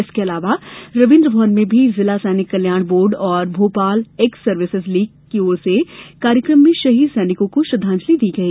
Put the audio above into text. इसके अलावा रवीन्द्र भवन में भी जिला सैनिक कल्याण बोर्ड और भोपाल एक्स सर्विसेस लीग की ओर से हए कार्यक्रम में शहीद सैनिकों को श्रद्वांजलि दी गई